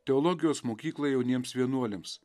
teologijos mokyklą jauniems vienuoliams